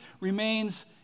remains